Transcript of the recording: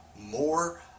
more